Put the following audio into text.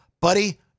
buddy